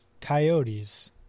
coyotes